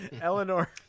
eleanor